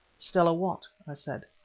stella what? i said.